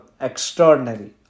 extraordinary